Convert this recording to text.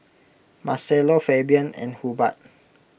Marcello Fabian and Hubbard